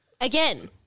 Again